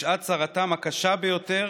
ובשעת צרתם הקשה ביותר